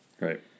Right